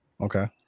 Okay